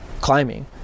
climbing